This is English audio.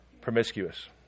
promiscuous